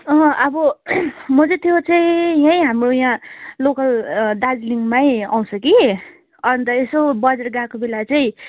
अँ अब म चाहिँ त्यो चाहिँ यहीँ हाम्रो यहाँ लोकल दार्जिलिङमै आउँछ कि अन्त यसो बजार गएको बेला चाहिँ